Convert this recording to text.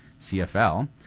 CFL